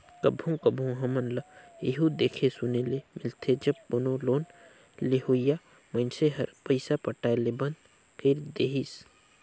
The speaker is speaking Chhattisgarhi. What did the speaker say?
कभों कभों हमन ल एहु देखे सुने ले मिलथे जब कोनो लोन लेहोइया मइनसे हर पइसा पटाए ले बंद कइर देहिस